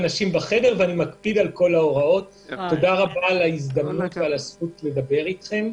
על ההזדמנות והזכות לדבר איתכם.